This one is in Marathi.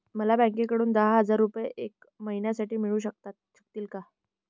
मला बँकेकडून दहा हजार रुपये एक महिन्यांसाठी मिळू शकतील का?